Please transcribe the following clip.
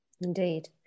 Indeed